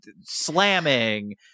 slamming